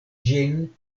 ĝin